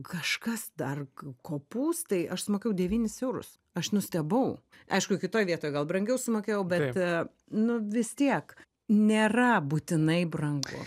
kažkas dar kopūstai aš su mokėjau devynis eurus aš nustebau aišku kitoj vietoj gal brangiau sumokėjau bet nu vis tiek nėra būtinai brangu